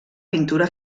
pintura